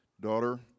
Daughter